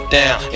down